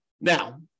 Now